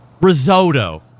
Risotto